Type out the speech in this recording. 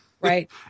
right